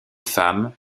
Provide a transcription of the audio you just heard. femmes